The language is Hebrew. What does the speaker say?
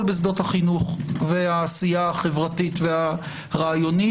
בשדות החינוך והעשייה החברתית והרעיונית.